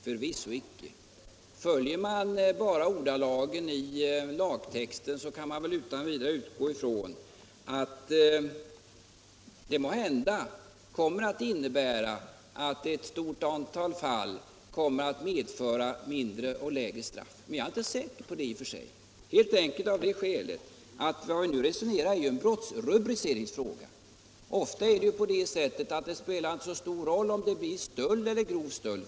Förvisso icke. Följer man bara ordalydelsen i lagtexten så innebär detta att ett stort antal fall kommer att medföra lägre straff. Men jag är inte helt säker på det, helt enkelt av det skälet att vad vi nu resonerar om är en brottsru I briceringsfråga. Ofta är det så att det inte spelar så stor roll om rubriceringen blir stöld eller grov stöld.